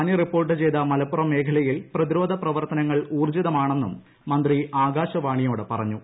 പനി റിപ്പോർട്ട് ചെയ്ത മലപ്പുറം മേഖലയിൽ പ്രതിരോധ പ്രവർത്തന്ങൾ മന്ത്രി ആകാശവാണിയോട് പറഞ്ഞു